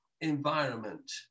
environment